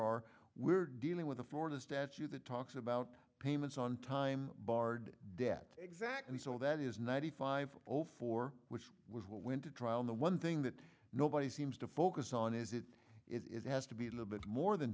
are we're dealing with a florida statute that talks about payments on time barred debt exactly so that is ninety five zero four which was what went to trial in the one thing that nobody seems to focus on is it is it has to be a little bit more than